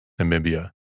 Namibia